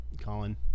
Colin